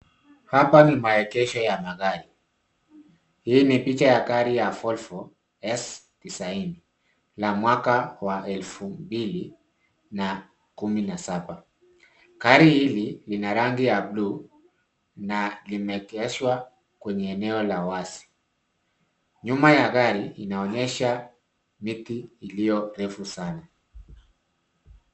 Hapa ni maegesho ya magari. Hii ni picha ya gari ya VOLVO S90 na mwaka wa elfu mbili na kumi na saba. Gari hili, lina rangi ya bluu na limeegeshwa kwenye eneo la wazi. Nyuma ya gari, inaonyesha miti iliyo refu sana.